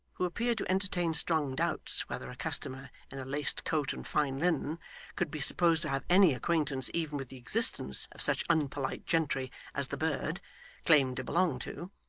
who appeared to entertain strong doubts whether a customer in a laced coat and fine linen could be supposed to have any acquaintance even with the existence of such unpolite gentry as the bird claimed to belong to,